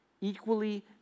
equally